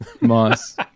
Moss